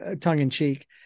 tongue-in-cheek